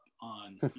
on